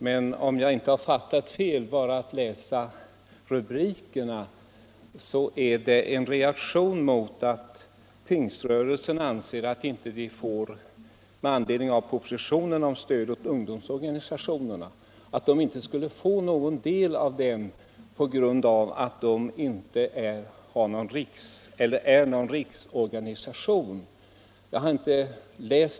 Men om jag inte har fattat fel när jag läst rubrikerna i denna tidning är det en reaktion mot att pingströrelsen med anledning av propositionen om stöd åt ungdomsorganisationerna inte, enligt vad man anser, skulle få någon del av detta stöd på grund av att rörelsen inte är någon riksorganisation.